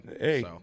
Hey